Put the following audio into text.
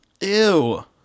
Ew